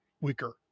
weaker